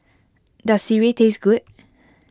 does Sireh taste good